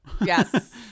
yes